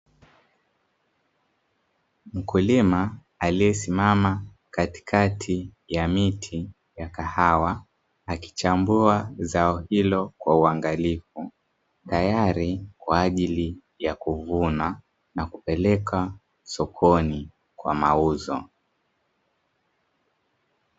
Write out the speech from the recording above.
Mkulima aliyesimama katikati ya miti ya kahawa akichambua zao hilo kwa uangalifu, tayari kwa ajili ya kuvuna na kupeleka sokoni kwa mauzo.